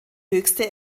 höchste